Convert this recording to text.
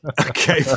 okay